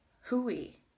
hooey